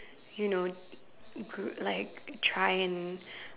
you know you could like try and